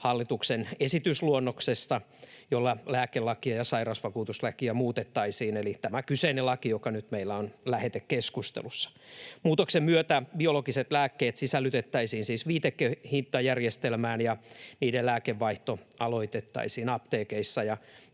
hallituksen esitysluonnoksesta, jolla lääkelakia ja sairausvakuutuslakia muutettaisiin — eli tämä kyseinen laki, joka nyt meillä on lähetekeskustelussa. Muutoksen myötä biologiset lääkkeet sisällytettäisiin siis viitehintajärjestelmään ja niiden lääkevaihto aloitettaisiin apteekeissa,